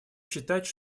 считать